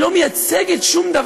היא לא הבינה שהיא לא מייצגת שום דבר,